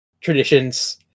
traditions